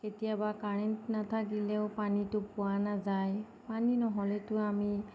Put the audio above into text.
কেতিয়াবা কাৰেণ্ট নাথাকিলেও পানীটো পোৱা নাযায় পানী নহ'লেতো আমি